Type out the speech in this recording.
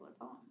poem